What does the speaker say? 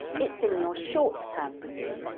it's in your short-term memory.